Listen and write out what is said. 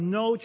no